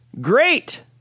great